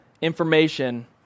information